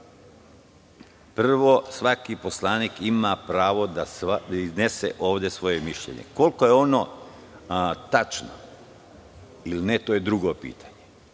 svaki poslanik ima pravo da iznese ovde svoje mišljenje. Koliko je ono tačno ili ne, to je drugo pitanje.